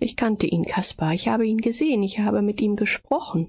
ich kannte ihn caspar ich habe ihn gesehen ich habe mit ihm gesprochen